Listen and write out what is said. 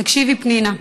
תקשיבי, פנינה,